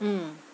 mm